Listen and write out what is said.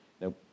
Now